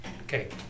Okay